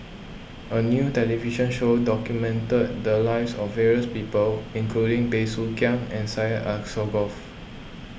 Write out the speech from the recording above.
a new television show documented the lives of various people including Bey Soo Khiang and Syed Alsagoff